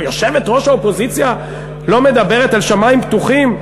אבל יושבת-ראש האופוזיציה לא מדברת על "שמים פתוחים"?